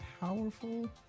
powerful